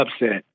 upset